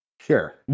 Sure